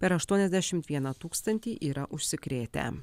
per aštuoniasdešimt vieną tūkstantį yra užsikrėtę